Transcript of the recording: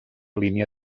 línia